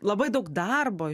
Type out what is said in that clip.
labai daug darbo